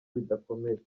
bidakomeye